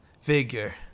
figure